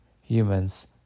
Humans